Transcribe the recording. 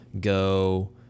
go